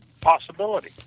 possibility